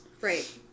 Right